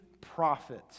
prophet